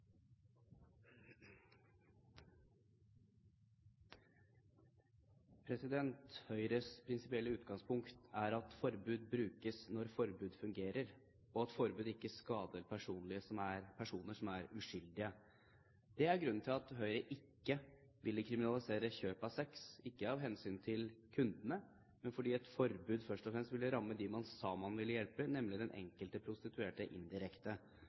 at forbud brukes når forbud fungerer, og at forbud ikke skader personer som er uskyldige. Det er grunnen til at Høyre ikke ville kriminalisere kjøp av sex, ikke av hensyn til kundene, men fordi et forbud først og fremst ville rammet dem man sa man ville hjelpe, nemlig den enkelte prostituerte indirekte.